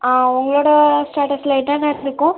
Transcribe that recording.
ஆ உங்களோடய ஸ்டேட்டஸில்